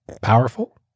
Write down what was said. powerful